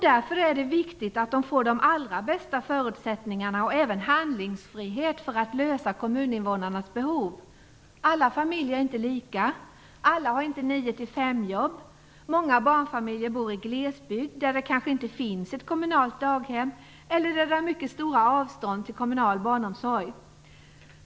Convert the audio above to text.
Därför är det viktigt att de får de bästa förutsättningarna, och även handlingsfrihet, för att uppfylla kommuninvånarnas behov. Alla familjer är inte lika. Alla har inte nio-till-fem-jobb. Många barnfamiljer bor i glesbygden, där det kanske inte finns något kommunalt daghem eller där det är mycket stora avstånd till kommunal barnomsorg.